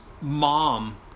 mom